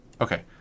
Okay